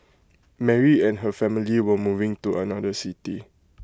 Mary and her family were moving to another city